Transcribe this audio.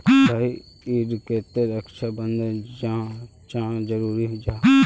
भाई ईर केते रक्षा प्रबंधन चाँ जरूरी जाहा?